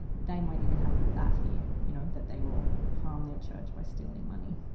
they might even have the, that fear, you know, that they will hard um their church by stealing money.